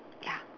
ya